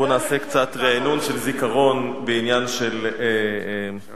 בוא נעשה קצת רענון זיכרון בעניין של גזענות